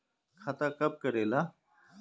खाता कब करेला?